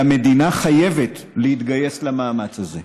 והמדינה חייבת להתגייס למאמץ הזה.